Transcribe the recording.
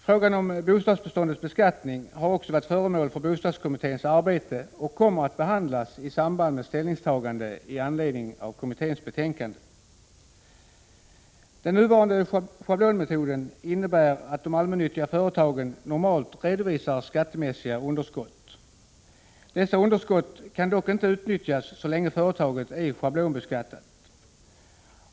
Frågan om bostadsbeståndets beskattning har också varit föremål för bostadskommitténs arbete och kommer att behandlas i samband med ställningstaganden i anledning av kommitténs betänkande. Den nuvarande schablonmetoden innebär att de allmännyttiga företagen normalt redovisar skattemässiga underskott. Dessa underskott kan dock inte utnyttjas så länge företaget är schablonbeskattat.